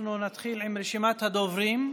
אנחנו נתחיל עם רשימת הדוברים.